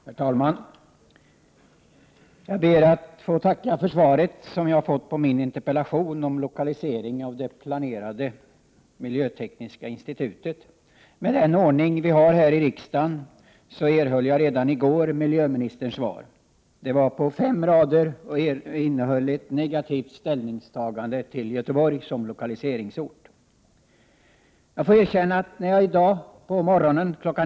Herr talman! Jag ber att få tacka för svaret som jag fått på min interpellation om lokaliseringen av det planerade miljötekniska institutet. Med den ordning vi har här i riksdagen erhöll jag redan i går miljöministerns svar. Det var på fem rader och innehöll ett negativt ställningstagande till Göteborg som lokaliseringsort. Jag får erkänna att när jag i dag på morgonen kl.